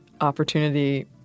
opportunity